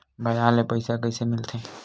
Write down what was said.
बजार ले पईसा कइसे मिलथे?